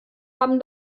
haben